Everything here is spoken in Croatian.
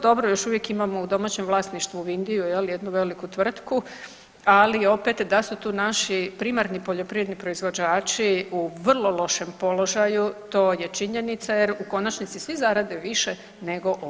Dobro još uvijek imamo u domaćem vlasništvu Vindiju, jel, jednu veliku tvrtku, ali opet da su tu naši primarni poljoprivredni proizvođači u vrlo lošem položaju to je činjenica jer u konačnici svi zarade više [[Upadica: Hvala vrijeme.]] nego oni.